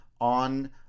on